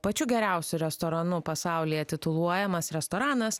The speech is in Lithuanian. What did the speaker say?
pačiu geriausiu restoranu pasaulyje tituluojamas restoranas